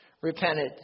repented